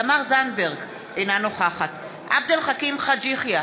תמר זנדברג, אינה נוכחת עבד אל חכים חאג' יחיא,